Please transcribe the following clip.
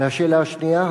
והשאלה השנייה,